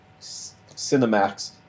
Cinemax